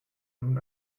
nun